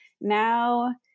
now